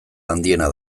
handiena